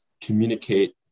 communicate